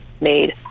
made